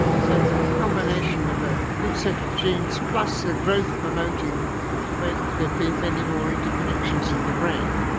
so that the combination of a good set of genes plus a growth promoting make there be many more interconnections in the brain.